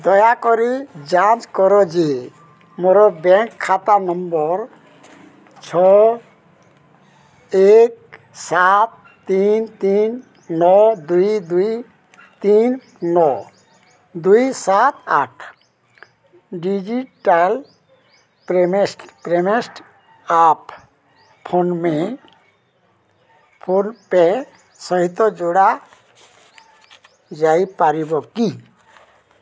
ଦୟାକରି ଯାଞ୍ଚ କର ଯେ ମୋର ବ୍ୟାଙ୍କ୍ ଖାତା ନମ୍ବର୍ ଛଅ ଏକ ସାତ ତିନି ତିନି ନଅ ଦୁଇ ଦୁଇ ତିନି ନଅ ଦୁଇ ସାତ ଆଠ ଡିଜିଟାଲ୍ ପେମେଷ୍ଟେ ଆପ୍ ଫୋନ୍ପେ ସହିତ ଯୋଡ଼ା ଯାଇପାରିବ କି